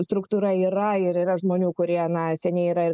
struktūra yra ir yra žmonių kurie na seniai yra ir